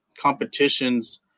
Competitions